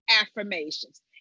affirmations